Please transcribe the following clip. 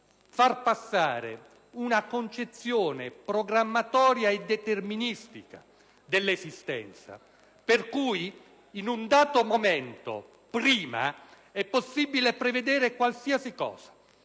far passare una concezione programmatoria e deterministica dell'esistenza per cui in un dato momento precedente è possibile prevedere qualsiasi cosa.